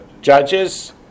judges